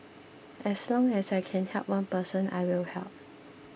as long as I can help one person I will help